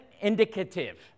indicative